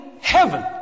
heaven